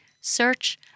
Search